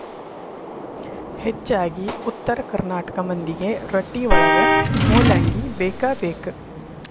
ಹೆಚ್ಚಾಗಿ ಉತ್ತರ ಕರ್ನಾಟಕ ಮಂದಿಗೆ ರೊಟ್ಟಿವಳಗ ಮೂಲಂಗಿ ಬೇಕಬೇಕ